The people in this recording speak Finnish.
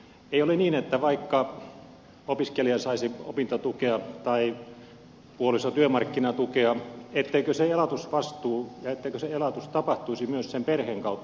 ei ole niin vaikka opiskelija saisi opintotukea tai puoliso työmarkkinatukea etteikö se elatusvastuu ja etteikö se elatus tapahtuisi myös sen perheen kautta